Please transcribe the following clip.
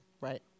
Right